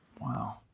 Wow